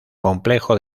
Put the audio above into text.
complejo